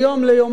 ליומיים,